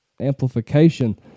amplification